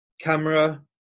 camera